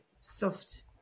soft